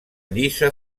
llisa